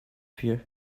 fear